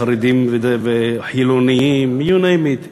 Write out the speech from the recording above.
חרדים וחילונים, you name it.